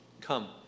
come